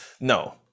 No